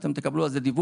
אתם תקבלו על זה דיווח,